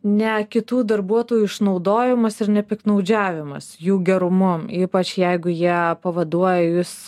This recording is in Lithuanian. ne kitų darbuotojų išnaudojimas ir nepiktnaudžiavimas jų gerumu ypač jeigu jie pavaduoja jus